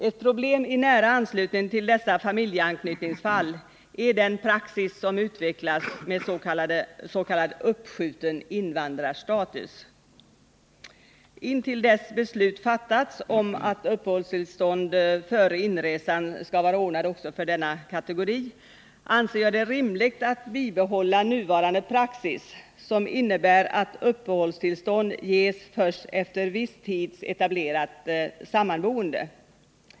Ett problem i nära anslutning till dessa familjeanknytningsfall är den praxis som utvecklats med ss.k. uppskjuten invandrarstatus. Intill dess beslut fattats om uppehå tillstånd före inresan för denna kategori anser jag det är rimligt att bibehålla nuvarande praxis, som innebär att uppehållstillstånd ges först efter viss tids etablerat sammanboende.